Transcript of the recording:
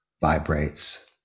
vibrates